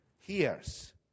hears